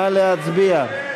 נא להצביע.